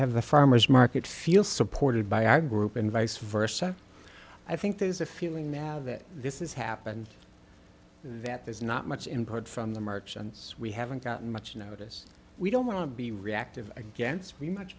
have the farmer's market feel supported by our group and vice versa i think there's a feeling now that this is happened that there's not much input from the merchants we haven't gotten much notice we don't want to be reactive against we much